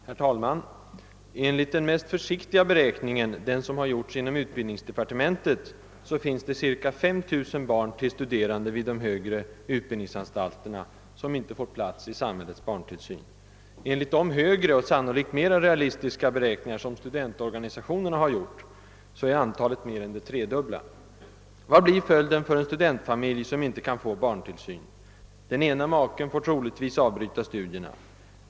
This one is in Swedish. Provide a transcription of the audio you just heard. Herr talman! Enligt den mest försiktiga beräkningen, den som har gjorts inom utbildningsdepartementet, finns det cirka 5 000 barn till studerande vid de högre utbildningsanstalterna som inte får plats i samhällets barntillsyn. Enligt de högre och sannolikt mera realistiska beräkningar som studentorganisationerna har gjort är antalet mer än det tredubbla. Vad blir följden för en studentfamilj som inte kan få någon barntillsyn? Jo, den ena maken får troligen avbryta studierna.